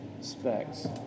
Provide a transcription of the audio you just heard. specs